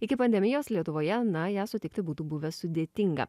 iki pandemijos lietuvoje na ją sutikti būtų buvę sudėtinga